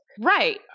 right